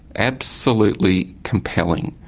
absolutely compelling.